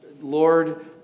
Lord